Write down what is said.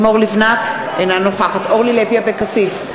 אינה נוכחת אורלי לוי אבקסיס,